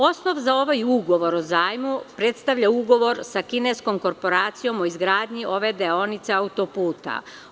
Osnov za ovaj ugovor o zajmu predstavlja ugovor sa kineskom korporacijom o izgradnji ove deonice autoputa.